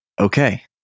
Okay